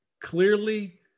clearly